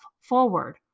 forward